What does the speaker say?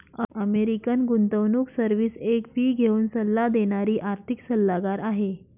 American गुंतवणूक service एक fee घेऊन सल्ला देणारी आर्थिक सल्लागार आहे